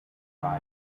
arrive